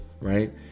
Right